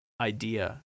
idea